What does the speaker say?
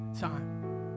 time